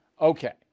Okay